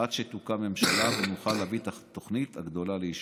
עד שתוקם ממשלה ונוכל להביא את התוכנית הגדולה לאישור.